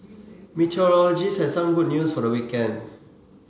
meteorologists had some good news for the weekend